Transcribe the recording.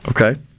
Okay